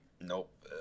Nope